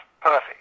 Perfect